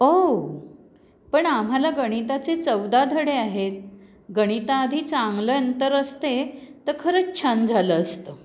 ओउ पण आम्हाला गणिताचे चौदा धडे आहेत गणिताआधी चांगलं अंतर असते तर खरंच छान झालं असतं